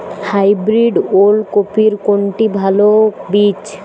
Hybrid ওল কপির কোনটি ভালো বীজ?